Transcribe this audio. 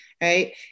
right